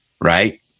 Right